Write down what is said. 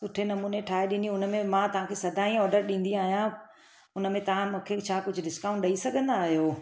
सुठे नमूने ठाहे ॾिनी हुन में मां तव्हांखे सदाईं ऑडर ॾींदी आहियां हुन में तव्हां मूंखे छा कुझु डिस्काउंट ॾेई सघंदा आहियो